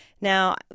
Now